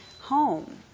home